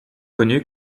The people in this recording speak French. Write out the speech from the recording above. connu